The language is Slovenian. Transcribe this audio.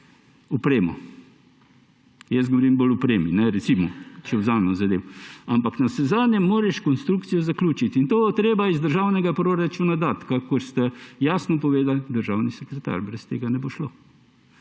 opremo. Jaz govorim bolj o opremi, recimo. Ampak navsezadnje moraš konstrukcijo zaključiti in to bo treba iz državnega proračuna dati, kakor ste jasno povedali, državni sekretar. Brez tega ne bo šlo.